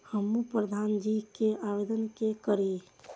हमू प्रधान जी के आवेदन के करी?